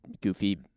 goofy